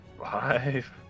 five